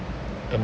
um